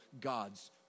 God's